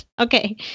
Okay